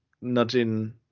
nudging